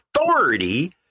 authority